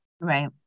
Right